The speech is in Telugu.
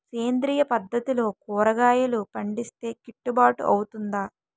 సేంద్రీయ పద్దతిలో కూరగాయలు పండిస్తే కిట్టుబాటు అవుతుందా?